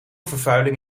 vervuiling